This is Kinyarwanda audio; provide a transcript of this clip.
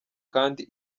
kandi